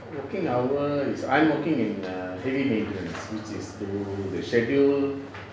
working hour is I'm working in err heavy maintenance which is do the schedule